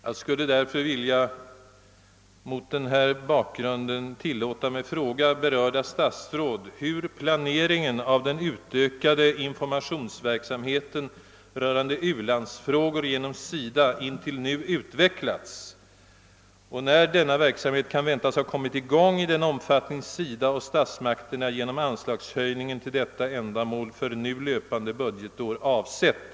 Jag skulle mot denna bakgrund vilja fråga berörda statsråd hur planeringen av den utökade informationsverksamheten rörande u-landsfrågor genom SIDA intill nu utvecklats och när denna verksamhet kan väntas ha kommit i gång i den omfattning SIDA och statsmakterna genom anslagshöjningen till detta ändamål för nu löpande budgetår avsett.